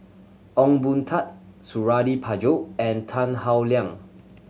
Ong Boon Tat Suradi Parjo and Tan Howe Liang